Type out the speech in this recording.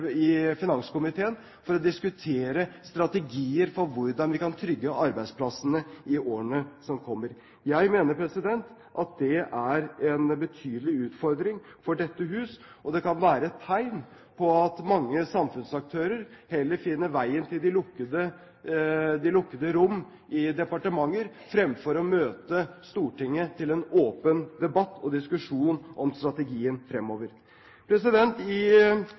i finanskomiteen for å diskutere strategier for hvordan vi kan trygge arbeidsplassene i årene som kommer. Jeg mener at det er en betydelig utfordring for dette hus, og at det kan være et tegn på at mange samfunnsaktører heller finner veien til de lukkede rom i departementene fremfor å møte Stortinget til en åpen debatt og diskusjon om strategien fremover. I